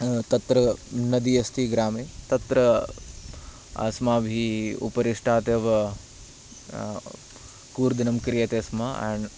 तत्र नदी अस्ति ग्रामे तत्र अस्माभिः उपरिष्टादेव कूर्दनं क्रियते स्म